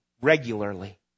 regularly